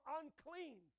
unclean